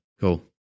Cool